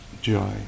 joy